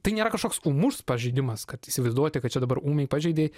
tai nėra kažkoks ūmus pažeidimas kad įsivaizduoti kad čia dabar ūmiai pažeidei